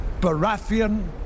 Baratheon